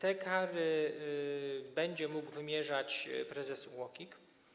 Te kary będzie mógł wymierzać prezes UOKiK.